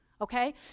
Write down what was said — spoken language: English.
okay